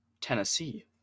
Tennessee